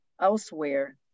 elsewhere